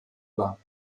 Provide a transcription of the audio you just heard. war